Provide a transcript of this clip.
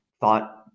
thought